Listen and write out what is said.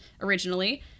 originally